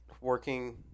working